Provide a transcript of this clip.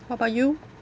how about you